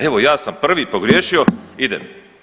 Evo, ja sam prvi pogriješio idem.